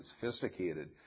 sophisticated